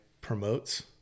promotes